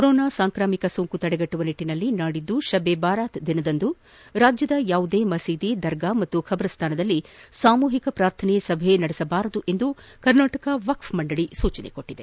corona ಸಾಂಕ್ರಾಮಿಕ ಸೋಂಕು ತಡೆಗಟ್ಟುವ ನಿಟ್ಟನಲ್ಲಿ ನಾಡಿದ್ದು ಶಬ್ ಎ ಬಾರಾತ್ ದಿನದಂದು ರಾಜ್ಯದ ಯಾವುದೇ ಮಸೀದಿ ದರ್ಗಾ ಮತ್ತು ಖಬ್ರಸ್ಥಾನದಲ್ಲಿ ಸಾಮೂಹಿಕ ಪ್ರಾರ್ಥನೆ ಸಭೆ ಮಾಡಬಾರದು ಎಂದು ಕರ್ನಾಟಕ ವಕ್ಕೆ ಮಂಡಳಿ ಸೂಚಿಸಿದೆ